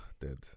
dead